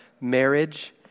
marriage